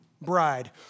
bride